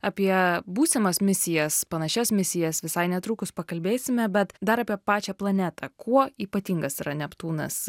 apie būsimas misijas panašias misijas visai netrukus pakalbėsime bet dar apie pačią planetą kuo ypatingas yra neptūnas